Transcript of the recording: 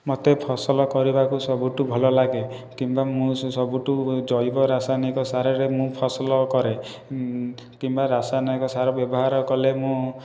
ମୋତେ ଫସଲ କରିବାକୁ ସବୁଠାରୁ ଭଲ ଲାଗେ କିମ୍ବା ମୁଁ ସେ ସବୁଠାରୁ ଜୈବ ରାସାୟନିକ ସାରରେ ମୁଁ ଫସଲ କରେ କିମ୍ବା ରାସାୟନିକ ସାର ବ୍ୟବହାର କଲେ ମୁଁ